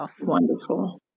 Wonderful